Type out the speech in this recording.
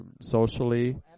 socially